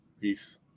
Peace